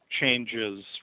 changes